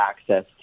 access